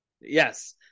yes